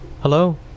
Hello